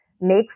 makes